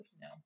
No